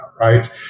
right